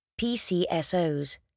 PCSOs